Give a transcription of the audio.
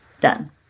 done